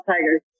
tigers